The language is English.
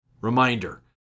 Reminder